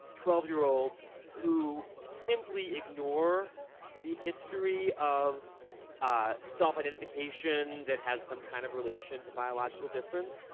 twelve year olds who simply ignore the history of self-identification that has some kind of relation to biological difference?